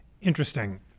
Interesting